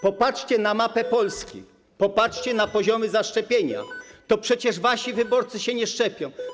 Popatrzcie na mapę Polski, popatrzcie na poziomy zaszczepienia, to przecież wasi wyborcy się nie szczepią.